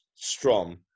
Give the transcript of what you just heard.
Strom